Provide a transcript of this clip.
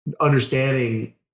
understanding